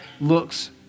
looks